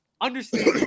Understand